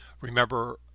remember